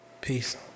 Peace